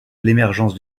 l’émergence